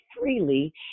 freely